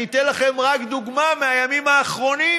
אני אתן לכם דוגמה רק מהימים האחרונים,